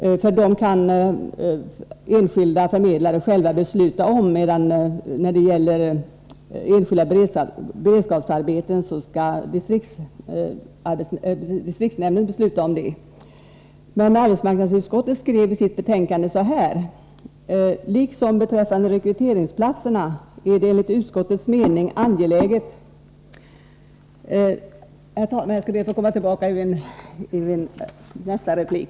Enskilda förmedlare kan då besluta, medan enskilda beredskapsarbeten skall beslutas av distriktsnämnden. Arbetsmarknadsutskottet skrev emellertid på annat sätt i sitt betänkande. Jag återkommer till det i nästa replik.